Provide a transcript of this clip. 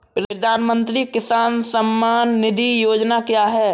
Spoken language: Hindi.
प्रधानमंत्री किसान सम्मान निधि योजना क्या है?